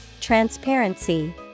transparency